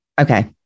Okay